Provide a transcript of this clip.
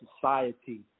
society